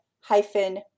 hyphen